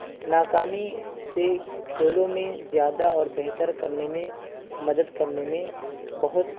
ناکامی سے کھیلوں میں زیادہ اور بہتر کرنے میں مدد کرنے میں بہت